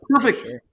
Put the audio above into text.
perfect